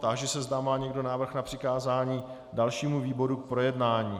Táži se, zda má někdo návrh na přikázání dalšímu výboru k projednání.